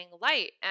light